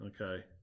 okay